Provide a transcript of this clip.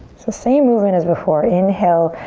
so same movement as before. inhale,